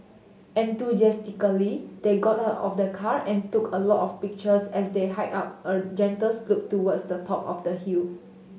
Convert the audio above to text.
enthusiastically they got out of the car and took a lot of pictures as they hiked up a gentle slope towards the top of the hill